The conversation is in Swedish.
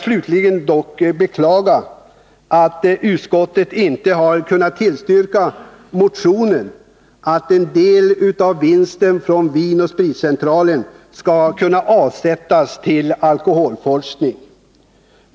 Slutligen vill jag beklaga att utskottet inte kunnat tillstyrka motionen om att en del av vinsten från Vin & Spritcentralen skall avsättas till alkoholforskning.